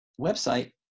website